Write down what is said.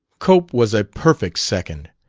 cope was a perfect second,